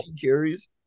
carries